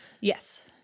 Yes